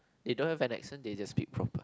they don't have the accent they just speak proper